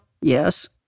Yes